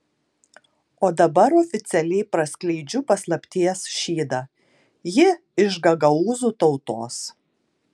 o dabar oficialiai praskleidžiu paslapties šydą ji iš gagaūzų tautos